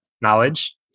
knowledge